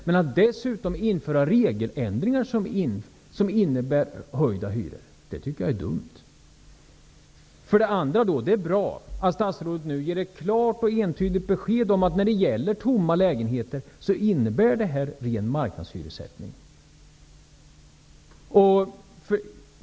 Men att dessutom införa regeländringar som innebär höjda hyror är dumt. Det är bra att statsrådet ger ett klart och entydigt besked om att detta innebär en ren marknadshyressättning beträffande tomma lägenheter.